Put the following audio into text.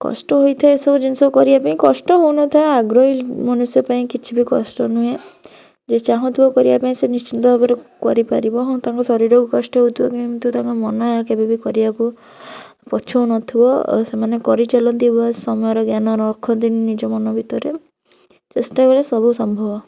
କଷ୍ଟ ହୋଇଥାଏ ଏହିସବୁ ଜିନିଷ କରିବାପାଇଁ କଷ୍ଟ ହଉନଥାଏ ଆଗ୍ରହୀ ମନୁଷ୍ୟ ପାଇଁ କିଛିବି କଷ୍ଟ ନୁହେଁ ଯେ ଚାହୁଁଥିବ କରିବାପାଇଁ ସେ ନିଶ୍ଚିତ ଭାବରେ କରିପାରିବ ହଁ ତାଙ୍କ ଶରୀରକୁ କଷ୍ଟ ହଉଥିବ କିନ୍ତୁ ତାଙ୍କ ମନ କେବେବି କରିବାକୁ ପଛଉନଥିବ ଆଉ ସେମାନେ କରିଚାଲନ୍ତି ଓ ସମୟର ଜ୍ଞାନ ରଖନ୍ତିନି ନିଜ ମନ ଭିତରେ ଚେଷ୍ଟା କଲେ ସବୁ ସମ୍ଭବ